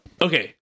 Okay